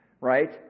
right